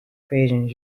equations